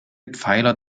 pfeiler